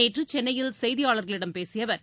நேற்று சென்னையில் செய்தியாளர்களிடம் பேசிய அவர்